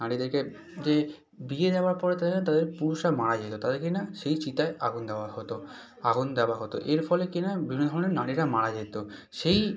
নারীদেরকে যে বিয়ে দেওয়ার পরে তাদের তাদের পুরুষরা মারা যেত তাদেরকে না সেই চিতায় আগুন দেওয়া হতো আগুন দেওয়া হতো এর ফলে কী না বিভিন্ন ধরনের নারীরা মারা যেত সেই